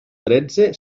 tretze